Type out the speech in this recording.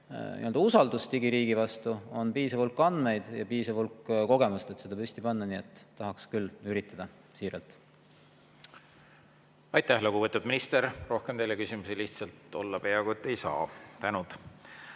usaldus digiriigi vastu, on piisavalt andmeid ja piisav hulk kogemust seda püsti panna. Nii et tahaks küll üritada, siiralt. Aitäh, lugupeetud minister! Rohkem teile küsimusi lihtsalt olla peaaegu et ei saa. Tänud!